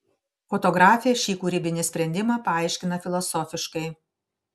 fotografė šį kūrybinį sprendimą paaiškina filosofiškai